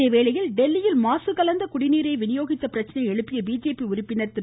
அதேவேளையில் டெல்லியில் மாசு கலந்த நீரை விநியோகித்த பிரச்சினையை எழுப்பிய பிஜேபி உறுப்பினர் திரு